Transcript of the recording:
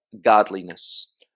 godliness